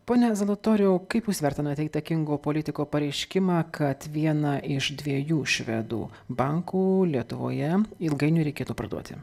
pone zalatoriau kaip jūs vertinate įtakingo politiko pareiškimą kad viena iš dviejų švedų bankų lietuvoje ilgainiui reikėtų parduoti